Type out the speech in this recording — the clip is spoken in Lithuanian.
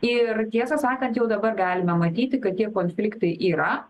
ir tiesą sakant jau dabar galime matyti kad tie konfliktai yra